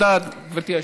תודה, גברתי היושבת-ראש.